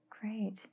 Great